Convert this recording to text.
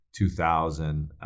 2000